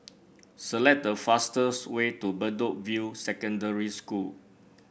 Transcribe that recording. select the fastest way to Bedok View Secondary School